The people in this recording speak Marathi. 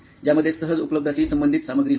ज्यामध्ये सहज उपलब्ध अशी संबंधित सामग्री होती